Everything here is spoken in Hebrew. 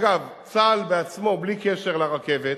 אגב, צה"ל עצמו, בלי קשר לרכבת,